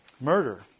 Murder